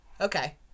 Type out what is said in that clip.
Okay